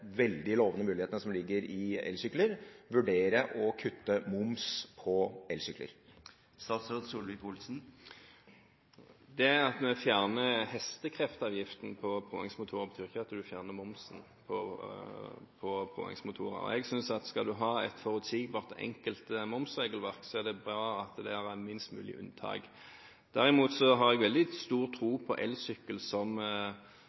veldig lovende mulighetene som ligger i elsykler – vurdere å kutte moms på elsykler? Det at vi fjerner hestekraftavgiften på påhengsmotorer, betyr ikke at en fjerner momsen på påhengsmotorer. Jeg synes at skal en ha et forutsigbart og enkelt momsregelverk, er det bra at det er minst mulig unntak. Derimot har jeg veldig stor